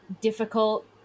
difficult